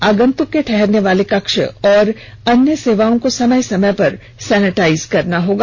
आगंतुक के ठहरने वाले कक्ष और अन्य सेवाओं को समय समय पर सेनिटाइज करना होगा